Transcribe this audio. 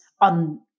on